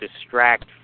distract